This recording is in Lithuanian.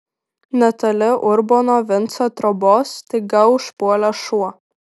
netoli urbono vinco trobos staiga užpuolė šuo